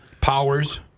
Powers